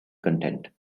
content